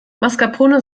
mascarpone